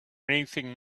anything